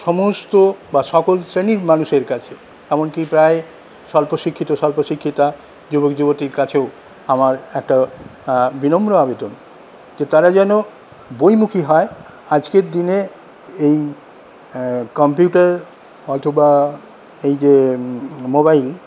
সমস্ত বা সকল শ্রেনীর মানুষের কাছে এমন কি প্রায় স্বল্প শিক্ষিত স্বল্প শিক্ষিতা যুবক যুবতীর কাছেও আমার একটা বিনম্র আবেদন যে তারা যেন বইমুখী হয় আজকের দিনে এই কম্পিউটার অথবা এই যে মোবাইল